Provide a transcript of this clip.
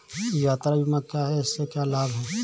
यात्रा बीमा क्या है इसके क्या लाभ हैं?